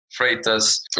Freitas